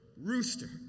rooster